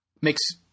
makes